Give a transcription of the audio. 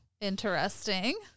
interesting